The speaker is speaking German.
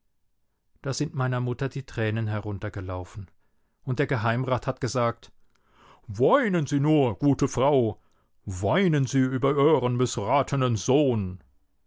da sind meiner mutter die tränen heruntergelaufen und der geheimrat hat gesagt woinen sü nur gute frau woinen sü über ühren mißratenen sohn